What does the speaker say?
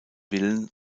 willen